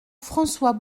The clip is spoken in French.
françois